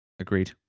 agreed